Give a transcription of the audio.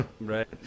right